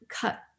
cut